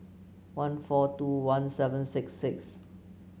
one four two one seven six six